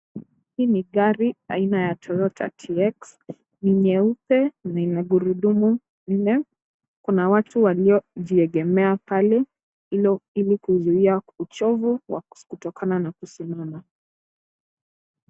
Hii ni gari aina Toyota TX, ni nyeupe na ina gurudumu nne, kuna watu waliojiegemea pale ili kuzuia uchovu wa kutokana na kusimama.